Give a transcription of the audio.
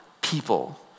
people